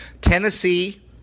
Tennessee